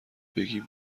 بگی